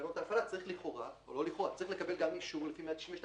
תקנות ההפעלה צריך לקבל גם אישור לפי 192,